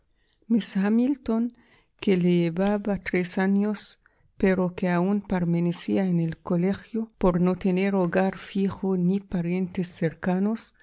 hamilton que le llevaba tres años pero que aun permanecía en el colegio por no tener hogar fijo ni parientes cercanos